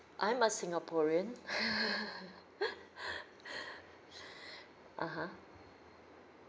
I'm a singaporean (uh huh)